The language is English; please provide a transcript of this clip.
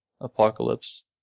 apocalypse